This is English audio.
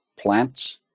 plants